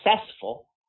successful